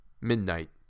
Midnight